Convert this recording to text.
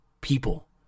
people